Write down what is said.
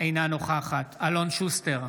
אינה נוכחת אלון שוסטר,